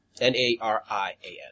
N-A-R-I-A-N